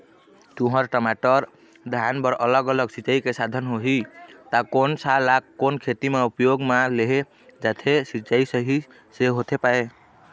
तुंहर, टमाटर, धान बर अलग अलग सिचाई के साधन होही ता कोन सा ला कोन खेती मा उपयोग मा लेहे जाथे, सिचाई सही से होथे पाए?